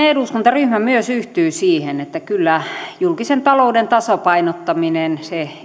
eduskuntaryhmä myös yhtyy siihen että kyllä julkisen talouden tasapainottaminen